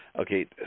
Okay